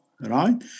right